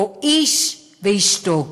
או "איש ואשתו",